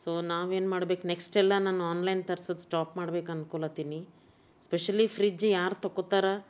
so ನಾವೇನು ಮಾಡ್ಬೇಕು next ಎಲ್ಲ ನಾನು ಆನ್ಲೈನ್ ತರ್ಸೋದು ಸ್ಟಾಪ್ ಮಾಡ್ಬೇಕು ಅಂದ್ಕೊಳ್ಳತ್ತೀನಿ ಸ್ಪೆಷಲಿ ಫ್ರಿಜ್ ಯಾರು ತಗೊಳ್ತಾರ